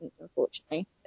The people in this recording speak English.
unfortunately